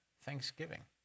Thanksgiving